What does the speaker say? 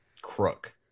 crook